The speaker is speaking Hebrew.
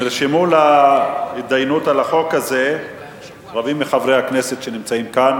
נרשמו להתדיינות על החוק הזה רבים מחברי הכנסת שנמצאים כאן.